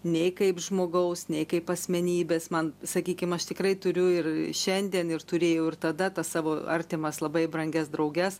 nei kaip žmogaus nei kaip asmenybės man sakykim aš tikrai turiu ir šiandien ir turėjau ir tada tas savo artimas labai brangias drauges